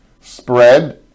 spread